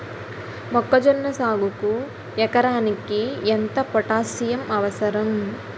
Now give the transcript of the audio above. మొక్కజొన్న సాగుకు ఎకరానికి ఎంత పోటాస్సియం అవసరం?